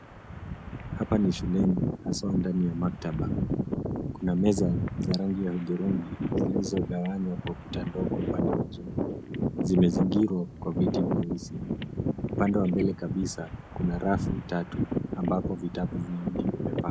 Hapa ni shuleni haswa ndani ya maktaba. Kuna meza za rangi ya hudhurungi zilizo gawanywa kwa kuta ndogo upande wa chini. Zimezingirwa kwa viti vyeusi. Upande wa mbele kabisa kuna rafu tatu ambapo vitabu vingi vimepangwa.